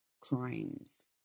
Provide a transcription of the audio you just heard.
crimes